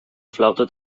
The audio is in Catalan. flauta